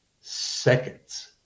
seconds